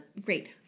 great